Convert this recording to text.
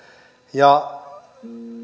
ja